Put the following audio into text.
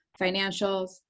financials